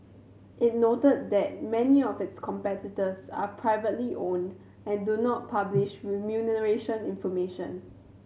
it noted that many of its competitors are privately owned and do not publish remuneration information